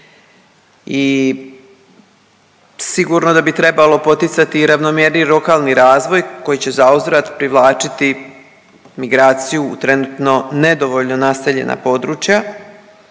i sigurno da bi trebalo poticati i ravnomjerniji lokalni razvoj koji će zauzvrat privlačiti migraciju u trenutno nedovoljno naseljena područja